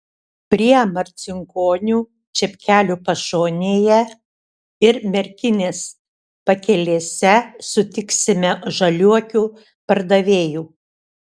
prie marcinkonių čepkelių pašonėje ir merkinės pakelėse sutiksime žaliuokių pardavėjų